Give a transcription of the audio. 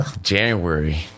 January